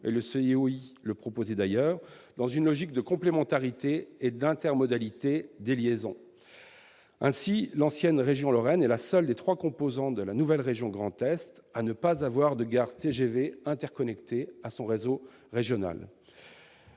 et vous-même le proposez d'ailleurs, dans une logique de complémentarité et d'intermodalité des liaisons. Ainsi, l'ancienne région Lorraine est la seule des trois composantes de la nouvelle région Grand Est à ne pas avoir de gare TGV interconnectée à son réseau régional.